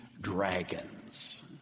dragons